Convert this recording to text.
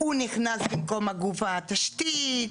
הוא נכס במקום גוף התשתית,